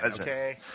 Okay